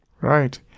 Right